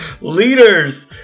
Leaders